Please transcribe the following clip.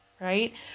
right